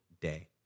day